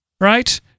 right